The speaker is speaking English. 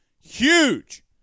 huge